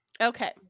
Okay